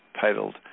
titled